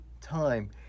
time